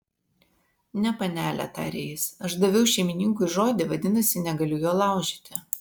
ne panele tarė jis aš daviau šeimininkui žodį vadinasi negaliu jo laužyti